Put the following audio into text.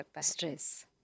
Stress